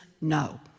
no